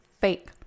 fake